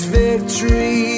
victory